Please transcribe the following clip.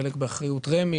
וחלק באחריות רמ"י.